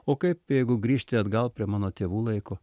o kaip jeigu grįžti atgal prie mano tėvų laiko